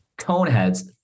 Coneheads